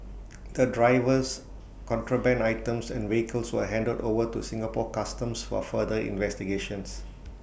the drivers contraband items and vehicles were handed over to Singapore Customs for further investigations